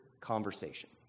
conversation